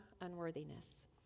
unworthiness